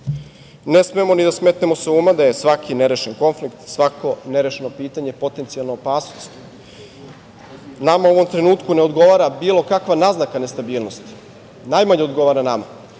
smemo ni da smetnemo sa uma da je svaki nerešeni konflikt, svako nerešeno pitanje potencijalna opasnost. Nama u ovom trenutku ne odgovara bilo kakva naznaka nestabilnosti. Najmanje odgovara nama.